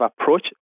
approach